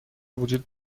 وجود